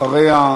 אחריה,